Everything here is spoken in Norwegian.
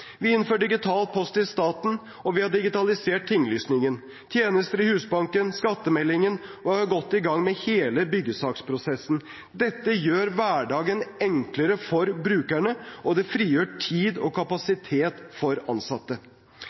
Vi innfører digital post i staten, og vi har digitalisert tinglysningen, tjenester i Husbanken, skattemeldingen, og vi er godt i gang med hele byggesaksprosessen. Dette gjør hverdagen enklere for brukerne, og det frigjør tid og kapasitet for ansatte.